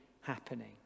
happening